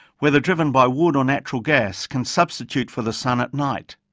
whether driven by wood or natural gas, can substitute for the sun at night.